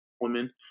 women